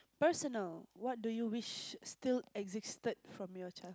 personal what do you wish still existed from your child